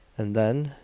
and then,